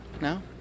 No